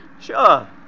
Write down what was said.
Sure